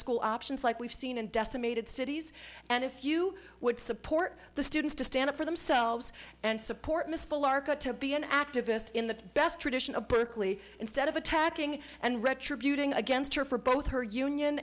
school options like we've seen in decimated cities and if you would support the students to stand up for themselves and support misfile arca to be an activist in the best tradition of berkeley instead of attacking and retribution against her for both her union